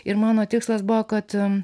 ir mano tikslas buvo kad